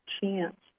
chance